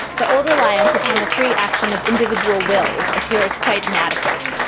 the old reliance upon the free action of individual wills appears quite inadequate.